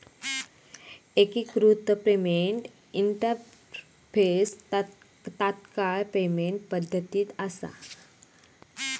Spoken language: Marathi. एकिकृत पेमेंट इंटरफेस तात्काळ पेमेंट पद्धती असा